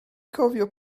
cofio